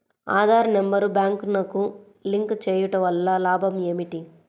Aadhaar number బ్యాంక్నకు link చేయుటవల్ల లాభం ఏమిటి?